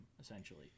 essentially